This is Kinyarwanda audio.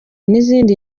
n’izindi